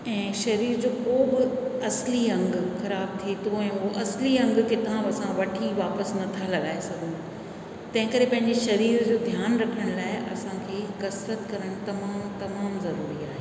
ऐं शरीर जो को बि असली अंगु खराब थिए थो ऐं उहो असली अंगु किथां बि असां वठी वापसि नथा लॻाए सघूं तंहिं करे पंहिंजे शरीर जो ध्यानु रखण लाइ असांखे कसरत करणु तमामु तमामु ज़रूरी आहे